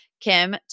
Kim